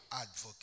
Advocate